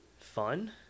fun